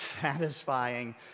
satisfying